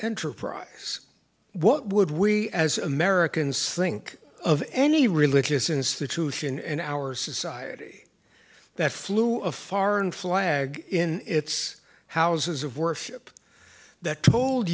enterprise what would we as americans think of any religious institution and our society that flew a foreign flag in its houses of worship that told